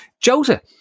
Jota